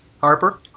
Harper